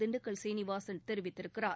திண்டுக்கல் சீனிவாசன் தெரிவித்திருக்கிறார்